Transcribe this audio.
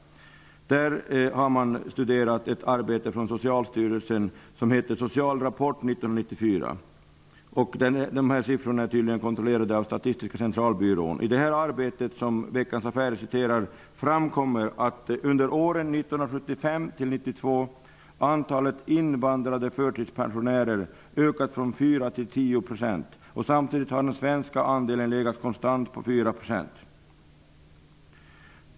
Där har man studerat ett arbete från Uppgifterna är tydligen kontrollerade av Statistiska Centralbyrån. Av det arbete som Veckans Affärer citerar framgår att antalet invandrade förtidspensionärer under åren 1975--1992 ökade från 4 % till 10 %. Samtidigt har den svenska andelen legat konstant på 4 %.